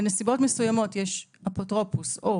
בנסיבות מסוימות יש אפוטרופוס או